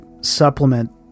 supplement